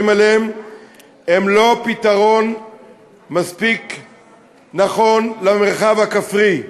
עליהם הם לא פתרון מספיק נכון למרחב הכפרי.